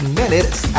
minutes